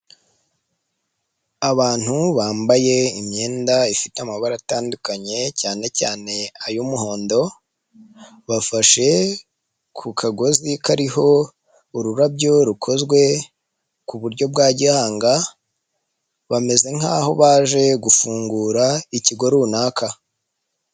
Abantu bambaye imyenda ifite amabara atandukanye cyane cyane ay'umuhondo, bafashe ku kagozi kariho ururabyo rukozwe ku buryo bwa gihanga bameze nk'aho baje gufungura ikigo runaka.